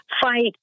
fight